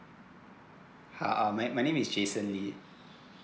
ha uh my my name is j ason lee